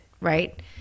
right